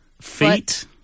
feet